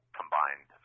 combined